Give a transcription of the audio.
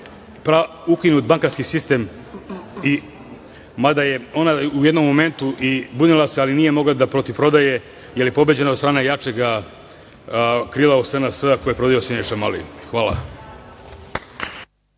ukinut bankarski sistem, mada se ona u jednom momentu bunila, ali nije mogla protiv prodaje, jer je pobeđena od strane jačega krila u SNS, koji je predvodio Siniša Mali. Hvala.